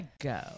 go